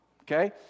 okay